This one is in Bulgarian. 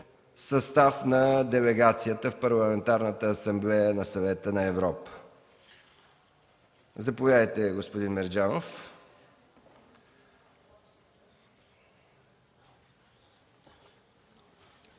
състав на делегацията в Парламентарната асамблея на Съвета на Европа. Заповядайте, господин Мерджанов.